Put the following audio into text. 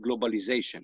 globalization